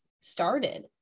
started